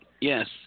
Yes